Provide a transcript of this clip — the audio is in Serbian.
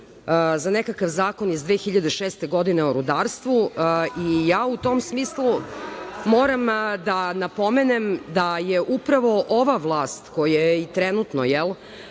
za nekakav zakon iz 2006. godine, o rudarstvu i ja u tom smislu moram da napomenem da je upravo ova vlast koja je i trenutno,